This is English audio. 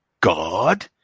God